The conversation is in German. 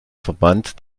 verband